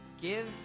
Give